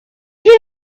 you